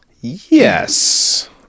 Yes